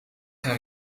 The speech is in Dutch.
gaan